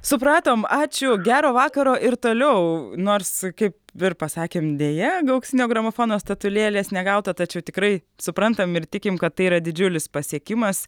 supratom ačiū gero vakaro ir toliau nors kaip ir pasakėm deja auksinio gramofono statulėlės negauta tačiau tikrai suprantam ir tikim kad tai yra didžiulis pasiekimas